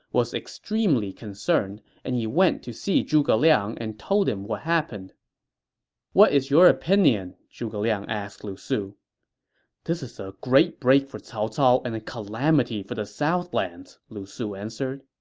was extremely concerned, and he went to see zhuge liang and told him what happened what is your opinion? zhuge liang asked lu su this is a great break for cao cao and a calamity for the southlands, lu su answered